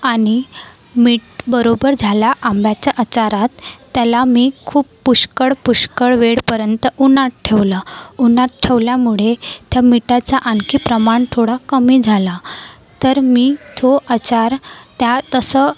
आणि मीठ बरोबर झाला आंब्याच्या आचारात त्याला मी खूप पुष्कळ पुष्कळ वेळपर्यंत उन्हात ठेवलं उन्हात ठेवल्यामुळे त्या मिठाचा आणखी प्रमाण थोडं कमी झाला तर मी तो आचार त्या तसं